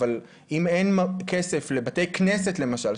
אבל אם אין כסף לבתי כנסת למשל,